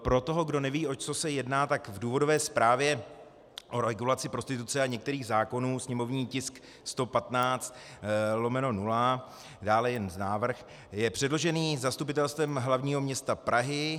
Pro toho, kdo neví, o co se jedná, tak v důvodové zprávě o regulaci prostituce a některých zákonů, sněmovní tisk 115/0, dále jen návrh, je předložený zastupitelstvem hlavního města Prahy.